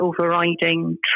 overriding